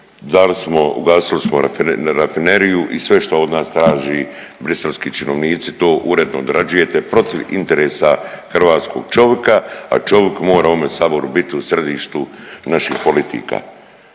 ugasili smo rafineriju i sve što od nas traži briselski činovnici to uredno odrađujete protiv interesa hrvatskog čovika, a čovik mora u ovome Saboru biti u središtu naših politika,